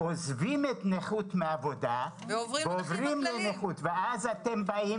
הם עוזבים את נכות מעבודה ועוברים לנכות כללית ואז אתם באים